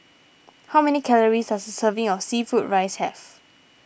how many calories does a serving of Seafood Fried Rice have